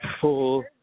full